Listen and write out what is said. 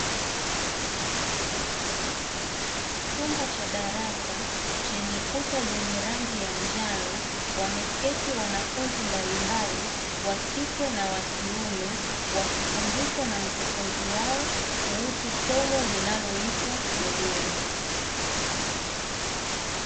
Chumba cha darasa chenye kuta za rangi ya njano, wameketi wanafunzi mbalimbali wakike na wakiume wakifundishwa na mkufunzi wao kuhusu somo linaloitwa dunia.